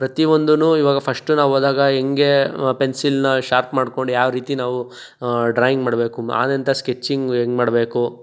ಪ್ರತಿ ಒಂದು ಇವಾಗ ಫಶ್ಟ್ ನಾವು ಹೋದಾಗ ಹೆಂಗೆ ಪೆನ್ಸಿಲ್ನ ಶಾರ್ಪ್ ಮಾಡ್ಕೊಂಡು ಯಾವರೀತಿ ನಾವು ಡ್ರಾಯಿಂಗ್ ಮಾಡಬೇಕು ಆನೆಯಂಥ ಸ್ಕೆಚಿಂಗು ಹೆಂಗ್ ಮಾಡಬೇಕು